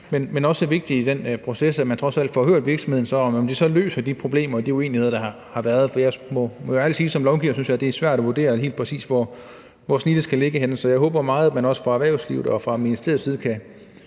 er også vigtigt i den proces, at man trods alt får hørt virksomhederne ad, med hensyn til om det så løser de problemer og de uenigheder, der har været. For jeg må jo ærligt sige, at jeg synes, det er svært som lovgiver at vurdere, helt præcis hvor snittet skal ligge henne. Så jeg håber meget, at man også fra erhvervslivets og fra ministeriets side kan